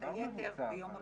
ואת היתר ביום הבחירות.